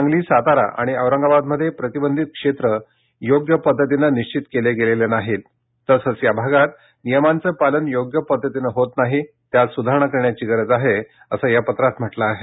सांगली सातारा आणि औरंगाबादमध्ये प्रतिबंधित क्षेत्र योग्य पद्धतीनं निश्चित केले गेलेले नाहीत तसंच या भागात नियमांचं पालन योग्य पद्धतीनं होत नाहीत त्यात सुधारणा करण्याची गरज आहे असं या पत्रात म्हटलं आहे